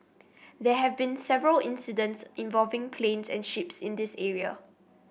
they have been several incidents involving planes and ships in this area